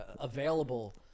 available